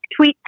tweets